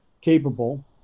capable